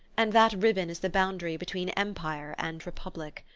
and that ribbon is the boundary between empire and republic.